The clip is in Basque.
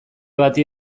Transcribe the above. bati